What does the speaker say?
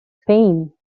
pain